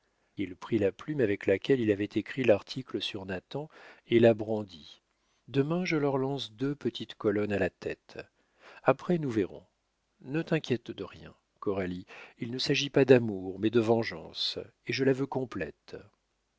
il prit la plume avec laquelle il avait écrit l'article sur nathan et la brandit demain je leur lance deux petites colonnes à la tête après nous verrons ne t'inquiète de rien coralie il ne s'agit pas d'amour mais de vengeance et je la veux complète